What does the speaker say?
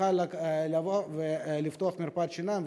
יוכל לבוא ולפתוח מרפאת שיניים,